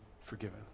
forgiven